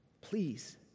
please